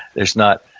there's not,